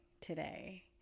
today